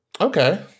Okay